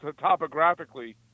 topographically